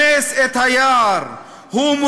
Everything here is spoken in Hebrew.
/ הוא רומס את היער,